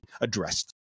addressed